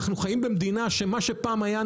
אנחנו חיים במדינה שמה שפעם היה,